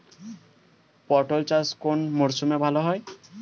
পটল চাষ কোন মরশুমে ভাল হয়?